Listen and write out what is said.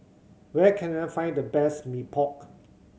where can I find the best Mee Pok